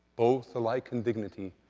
both alike in dignity,